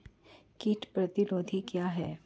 कीट प्रतिरोधी क्या है?